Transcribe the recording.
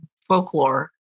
folklore